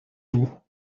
vous